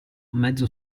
mezzo